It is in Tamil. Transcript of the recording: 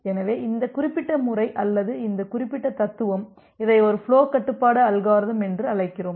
எனவே இந்த குறிப்பிட்ட முறை அல்லது இந்த குறிப்பிட்ட தத்துவம் இதை ஒரு ஃபுலோ கட்டுப்பாட்டு அல்காரிதம் என்று அழைக்கிறோம்